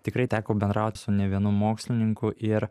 tikrai teko bendrauti su ne vienu mokslininku ir